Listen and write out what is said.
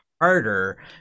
harder